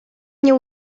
nie